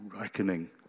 reckoning